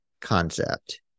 concept